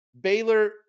Baylor